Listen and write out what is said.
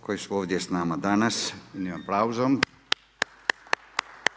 koji su ovdje s nama danas jednim aplauzom.